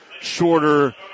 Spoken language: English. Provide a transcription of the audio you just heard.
shorter